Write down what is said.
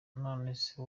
nonese